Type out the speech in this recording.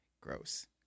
Gross